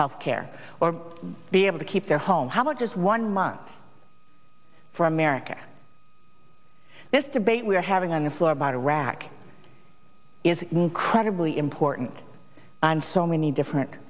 health care or be able to keep their home how much as one month for america this debate we're having on the floor about iraq is incredibly important and so many different